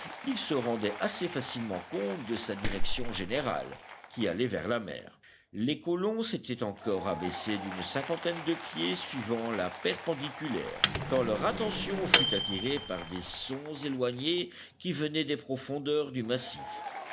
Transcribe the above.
il se rendait assez facilement compte de sa direction générale qui allait vers la mer les colons s'étaient encore abaissés d'une cinquantaine de pieds suivant la perpendiculaire quand leur attention fut attirée par des sons éloignés qui venaient des profondeurs du massif